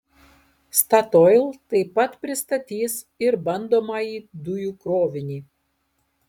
statoil taip pat pristatys ir bandomąjį dujų krovinį